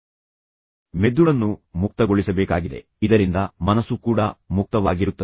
ನೀವು ಮೆದುಳನ್ನು ಮುಕ್ತಗೊಳಿಸಬೇಕಾಗಿದೆ ಇದರಿಂದ ನಿಮ್ಮ ಮನಸ್ಸು ಕೂಡ ಮುಕ್ತವಾಗಿರುತ್ತದೆ